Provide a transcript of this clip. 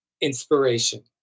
inspiration